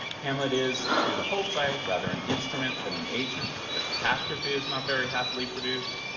hamlet is, through the whole play rather an instrument than an agent. the catastrophe is not very happily produced.